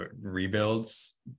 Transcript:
rebuilds